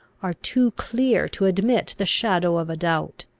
are too clear to admit the shadow of a doubt.